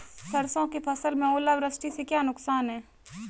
सरसों की फसल में ओलावृष्टि से क्या नुकसान है?